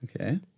Okay